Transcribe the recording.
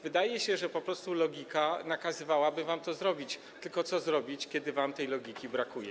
Wydaje się, że po prostu logika nakazywałaby wam to zrobić, tylko co zrobić, kiedy wam tej logiki brakuje?